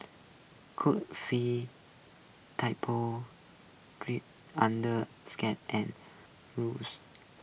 Coral feel typal under whose